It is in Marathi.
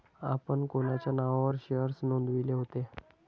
आपण कोणाच्या नावावर शेअर्स नोंदविले होते?